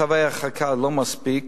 צווי הרחקה לא מספיקים,